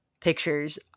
pictures